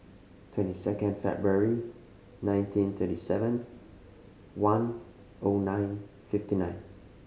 twenty second February nineteen thirty seven one O nine fifty nine